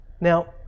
Now